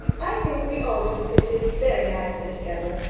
i think we all do fit in very nicely together.